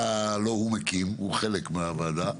הוא הקים את הוועדה הוא חלק מהוועדה